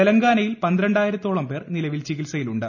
തെലുങ്കാനയിൽ പന്ത്രണ്ടായിരത്തോളം പേർ നിലവിൽ ചികിത്സയിലുണ്ട്